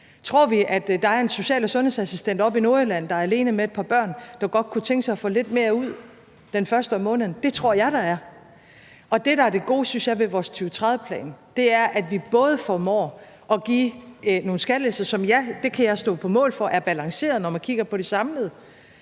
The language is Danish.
Tror vi, at der er en social- og sundhedsassistent oppe i Nordjylland, der er alene med et par børn, der godt kunne tænke sig at få lidt mere udbetalt den første i måneden? Det tror jeg der er. Det, jeg synes er det gode ved vores 2030-plan, er, at vi formår at give nogle skattelettelser, som – ja, det kan jeg stå på mål for – er balancerede, når man kigger på dem samlet,